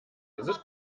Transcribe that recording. dieses